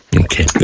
Okay